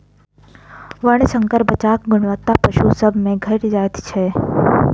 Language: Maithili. वर्णशंकर बच्चाक गुणवत्ता पशु सभ मे घटि जाइत छै